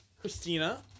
Christina